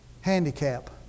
handicap